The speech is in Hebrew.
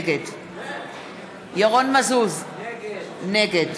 נגד ירון מזוז, נגד